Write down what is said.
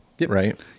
right